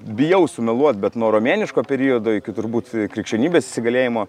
bijau sumeluoti bet nuo romėniško periodo iki turbūt krikščionybės įsigalėjimo